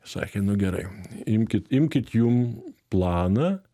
sakė nu gerai imkit imkit jum planą